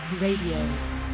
Radio